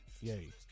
Yay